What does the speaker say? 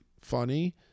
funny